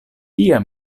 tia